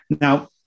Now